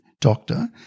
doctor